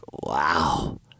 wow